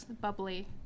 bubbly